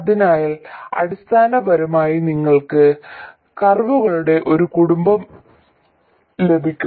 അതിനാൽ അടിസ്ഥാനപരമായി നിങ്ങൾക്ക് കർവുകളുടെ ഒരു കുടുംബം ലഭിക്കും